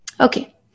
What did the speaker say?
Okay